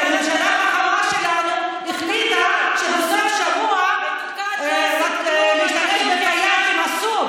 כי הממשלה החכמה שלנו החליטה שבסוף שבוע להשתמש בקיאק אסור.